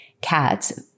cats